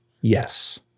Yes